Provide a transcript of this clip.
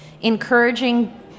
encouraging